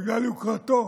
בגלל יוקרתו,